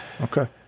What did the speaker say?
Okay